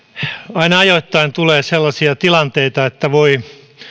aina ajoittain tulee sellaisia tilanteita että voi